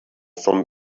from